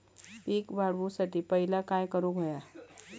पीक वाढवुसाठी पहिला काय करूक हव्या?